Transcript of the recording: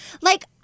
Like-